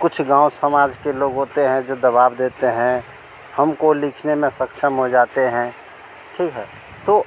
कुछ गाँव समाज के लोग होते हैं जो दबाव देते हैं हमको लिखने में सक्षम हो जाते हैं ठीक है तो